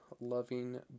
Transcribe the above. loving